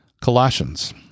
Colossians